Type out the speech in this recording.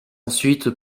ensuite